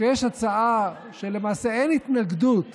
כשיש הצעה שלמעשה אין התנגדות